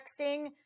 texting